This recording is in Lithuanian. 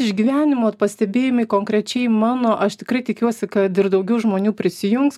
iš gyvenimo pastebėjimai konkrečiai mano aš tikrai tikiuosi kad ir daugiau žmonių prisijungs